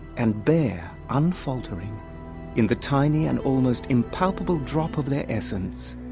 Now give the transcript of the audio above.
and there, unfaltering in the tiny and almost impalpable drop of their essence,